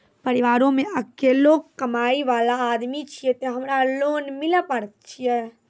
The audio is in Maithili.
परिवारों मे अकेलो कमाई वाला आदमी छियै ते हमरा लोन मिले पारे छियै?